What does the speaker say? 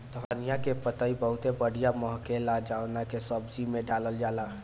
धनिया के पतइ बहुते बढ़िया महके ला जवना के सब सब्जी में डालल जाला